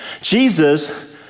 Jesus